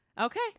Okay